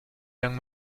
young